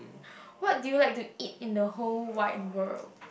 what do you like to eat in the whole wide world